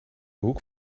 hoek